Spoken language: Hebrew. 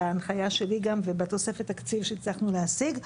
בהנחיה שלי גם ובתוספת התקציב שהצלחנו להשיג,